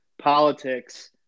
politics